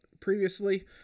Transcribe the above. previously